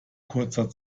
kurzer